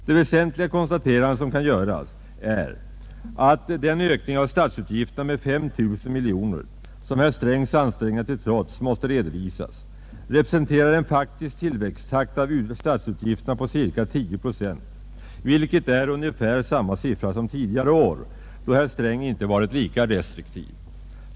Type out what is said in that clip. Det väsentliga konstaterande som kan göras är att den ökning av statsutgifterna med 5 000 miljoner kronor som herr Strängs ansträngningar till trots måste redovisas representerar en faktisk tillväxttakt av statsutgifterna på cirka 10 procent, vilket är ungefär samma siffra som tidigare år, då herr Sträng inte varit lika restrektiv.